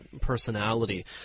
personality